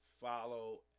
follow